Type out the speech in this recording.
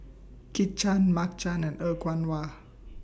Kit Chan Mark Chan and Er Kwong Wah